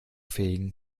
fegen